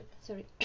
Sorry